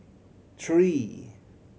three